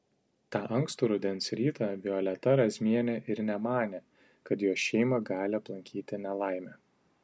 tą ankstų rudens rytą violeta razmienė ir nemanė kad jos šeimą gali aplankyti nelaimė